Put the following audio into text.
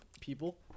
people